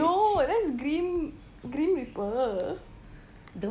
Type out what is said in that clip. no that's grim reaper